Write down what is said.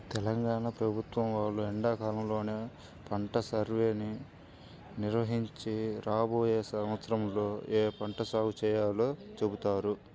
తెలంగాణ ప్రభుత్వం వాళ్ళు ఎండాకాలంలోనే పంట సర్వేని నిర్వహించి రాబోయే సంవత్సరంలో ఏ పంట సాగు చేయాలో చెబుతారు